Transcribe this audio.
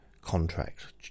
contract